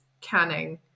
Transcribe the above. canning